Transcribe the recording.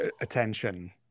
attention